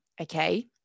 Okay